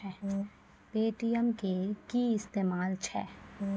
Paytm के कि इस्तेमाल छै?